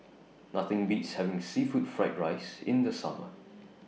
Nothing Beats having Seafood Fried Rice in The Summer